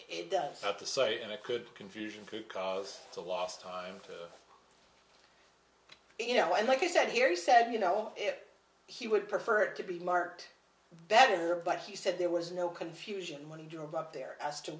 it does have to say and it could confusion because the last time you know and like i said harry said you know if he would prefer to be marked better but he said there was no confusion one job out there as to